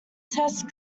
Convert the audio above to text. test